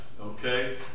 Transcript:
okay